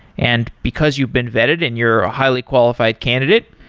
and because you've been vetted and you're a highly qualified candidate,